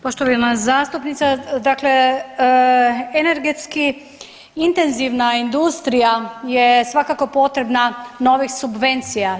Poštovana zastupnice, dakle energetski intenzivna industrija je svakako potrebna novih subvencija.